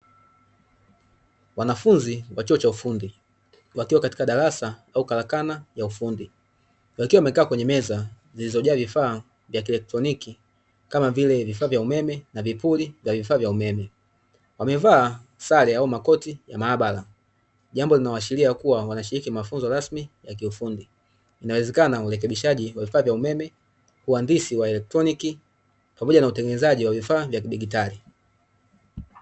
Wanafunzi wa chuo cha ufundi wakiwa katika darasa au karakana ya ufundi, wakiwa wamekaa kwenye meza zilizojaa vifaa vya kielektroniki, kama vile vifaa vya umeme na vipuri vya vifaa vya umeme. Wamevaa sare au makoti ya maabara, jambo linaloashiria kuwa wanashiriki mafunzo rasmi ya kiufundi, inawezekana urekebishaji wa vifaa vya umeme, uhandisi wa elektroniki pamoja na utengenezaji wa vifaa vya kidijitali.